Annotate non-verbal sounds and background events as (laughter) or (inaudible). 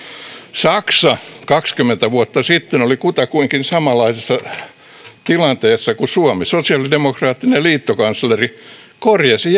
saksa kaksikymmentä vuotta sitten oli kutakuinkin samanlaisessa tilanteessa kuin suomi sosiaalidemokraattinen liittokansleri korjasi (unintelligible)